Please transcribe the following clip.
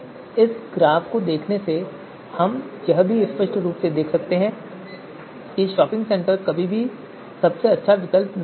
इस ग्राफ को देखने से हम यह भी स्पष्ट रूप से देख सकते हैं कि शॉपिंग सेंटर कभी भी सबसे अच्छा विकल्प नहीं होगा